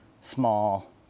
small